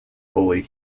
fully